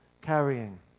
carrying